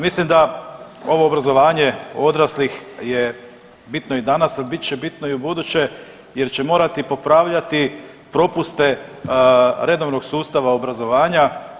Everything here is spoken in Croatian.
Mislim da ovo obrazovanje odraslih je bitno i danas, a bit će bitno i ubuduće jer će morati popravljati propuste redovnog sustava obrazovanja.